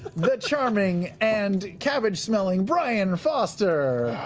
the charming and cabbage-smelling brian foster